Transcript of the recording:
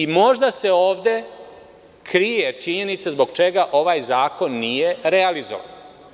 Možda se ovde krije činjenica zbog čega ovaj zakon nije realizovan.